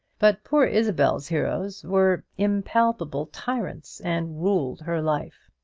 but poor isabel's heroes were impalpable tyrants, and ruled her life.